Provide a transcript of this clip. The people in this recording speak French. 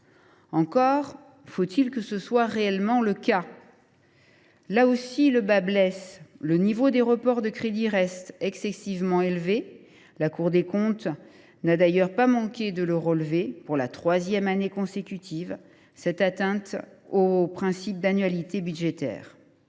Encore faudrait il que ce soit réellement le cas, car, là aussi, le bât blesse ! Le niveau des reports de crédits reste excessivement élevé. La Cour des comptes n’a d’ailleurs pas manqué de relever, pour la troisième année consécutive, cette atteinte au principe d’annualité budgétaire.